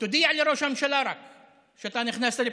רק תודיע לראש הממשלה שאתה נכנסת לפעולה.